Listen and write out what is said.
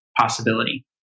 possibility